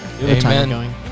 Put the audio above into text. Amen